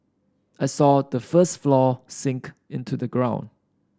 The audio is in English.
I saw the first floor sink into the ground